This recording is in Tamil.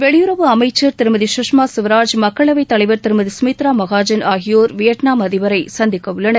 வெளியுறவுத் துறை அமைச்ச் திருமதி சுஷ்மா சுவராஜ் மக்களவைத் தலைவர் திருமதி சுமித்ரா மகாஜன் ஆகியோர் வியட்நாம் அதிபரை சந்திக்க உள்ளனர்